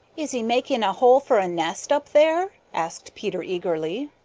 is he making a hole for a nest up there? asked peter eagerly.